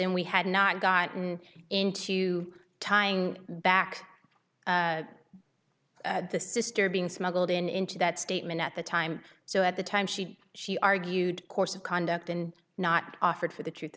and we had not gotten into tying back the sister being smuggled in into that statement at the time so at the time she she argued course of conduct and not offered for the truth